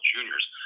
Juniors